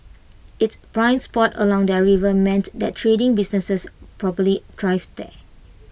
it's prime spot along the river meant that trading businesses probably thrived there